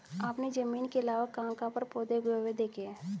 आपने जमीन के अलावा कहाँ कहाँ पर पौधे उगे हुए देखे हैं?